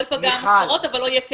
לא ייפגעו המשכורות אבל לא יהיה כסף.